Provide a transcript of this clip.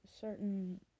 certain